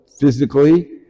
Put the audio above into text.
physically